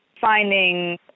finding